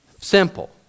Simple